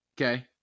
Okay